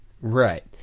Right